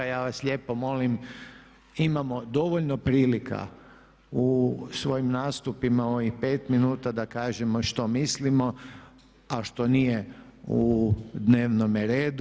Ja vas lijepo molim imamo dovoljno prilika u svojim nastupima u ovih 5 minuta da kažemo što mislimo, a što nije u dnevnome redu.